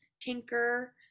tinker